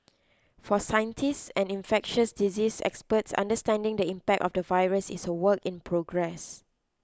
for scientists and infectious diseases experts understanding the impact of the virus is a work in progress